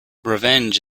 revenge